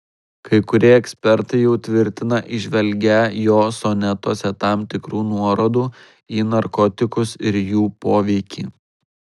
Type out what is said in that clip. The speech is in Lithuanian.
kai kurie ekspertai jau tvirtina įžvelgią jo sonetuose tam tikrų nuorodų į narkotikus ir jų poveikį